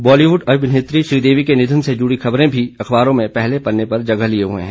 बॉलीवुड अभिनेत्री श्रीदेवी के निधन से जुड़ी खबरें भी अखबारों में पहले पन्ने पर जगह लिये हुए है